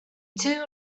two